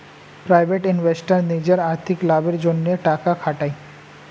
private investor নিজের আর্থিক লাভের জন্যে টাকা খাটায়